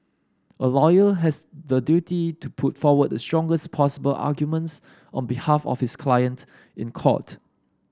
a lawyer has the duty to put forward the strongest possible arguments on behalf of his client in court